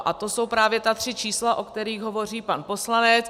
A to jsou právě ta tři čísla, o kterých hovoří pan poslanec.